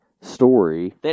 story